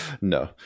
no